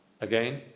again